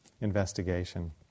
investigation